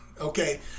Okay